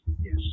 Yes